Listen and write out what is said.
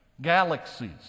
galaxies